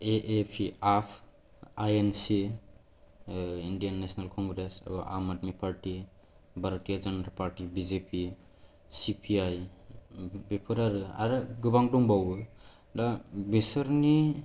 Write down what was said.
A A P AAP I N C Indian National Congress Aam Aadmi party Bharatiya Janata party B J P C P I बेफोर आरो आर गोबां दंबावो दा बेसोरनि